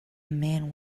man